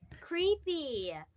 creepy